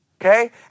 Okay